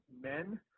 men